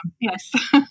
yes